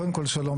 קודם כל שלום,